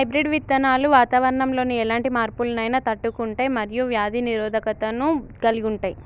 hybrid విత్తనాలు వాతావరణంలోని ఎలాంటి మార్పులనైనా తట్టుకుంటయ్ మరియు వ్యాధి నిరోధకతను కలిగుంటయ్